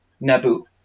Nabu